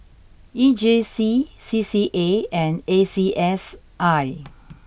E J C C C A and A C S I